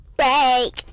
break